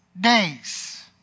days